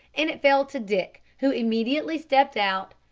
and it fell to dick, who immediately stepped out,